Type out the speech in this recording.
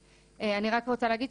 אני רק רוצה להגיד,